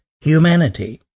humanity